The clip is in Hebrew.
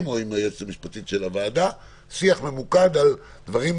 או עם היועצת המשפטית של הוועדה שיח ממוקד על דברים